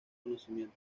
conocimiento